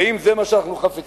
ואם זה מה שאנחנו חפצים,